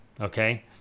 okay